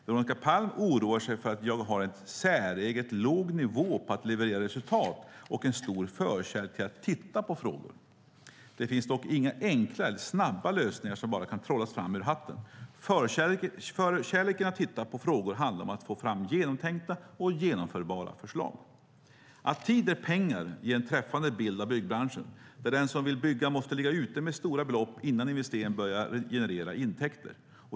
Veronica Palm oroar sig för att jag har en "säreget låg nivå på att leverera resultat och en stor förkärlek till 'titta på frågor'". Det finns dock inga enkla eller snabba lösningar som bara kan trollas fram ur hatten. Förkärleken till att "titta på frågor" handlar om att få fram genomtänkta och genomförbara förslag. Att tid är pengar ger en träffande bild av byggbranschen, där den som vill bygga måste ligga ute med stora belopp innan investeringen börjar generera intäkter.